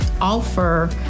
offer